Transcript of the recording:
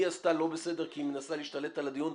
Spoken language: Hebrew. היא עשתה לא בסדר כי היא מנסה להשתלט על הדיון,